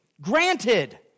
Granted